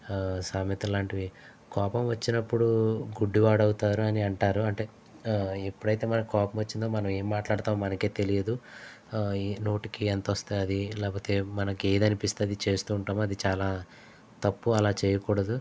సామెతలు లాంటివి కోపం వచ్చినప్పుడు గుడ్డివాడు అవుతారుడు అని అంటారు అంటే ఎప్పుడైతే మనకి కోపం వచ్చిందో మనం ఏం మాట్లాడుతామో మనకే తెలియదు నోటికి ఎంత వస్తే అది మనకి ఏది అనిపిస్తే అది చేస్తూ ఉంటాము అది చాలా తప్పు అలా చేయకూడదు